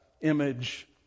image